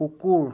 কুকুৰ